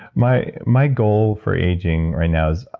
my my goal for aging right now is,